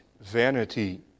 vanity